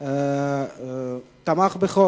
הוא תומך בחוק.